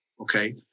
Okay